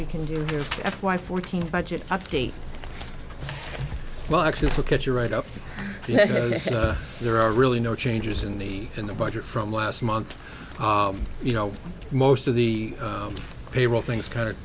we can do here f y fourteen budget update well actually look at your write up there are really no changes in the in the budget from last month you know most of the payroll things kind of